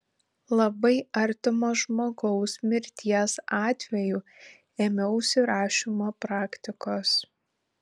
labai artimo žmogaus mirties atveju ėmiausi rašymo praktikos